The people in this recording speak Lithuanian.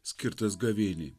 skirtas gavėniai